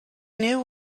knew